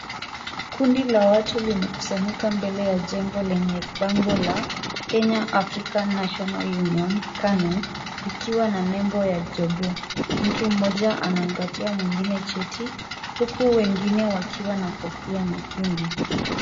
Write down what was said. Kundi la watu limekusanyika mbele ya jengo lenye bango la Kenya African National Union (KANU) likiwa na nembo ya jogoo, mtu mmoja anampatia mwingine cheti, huku wengine wakiwa na kofia nyekundu.